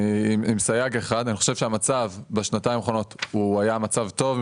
עם סייג אחד: אני חושב שהמצב בשנתיים האחרונות היה מצב טוב,